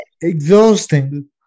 exhausting